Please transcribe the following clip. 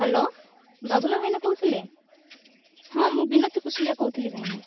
hello Babula ଭାଇନା କହୁଥିଲେ ହଁ ମୁଁ ବିନତି କୁଶୁଳିଆ କହୁଥିଲି ଭାଇନା